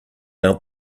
out